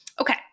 Okay